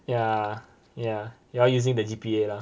ya ya you all using the G_P_A lah